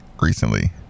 recently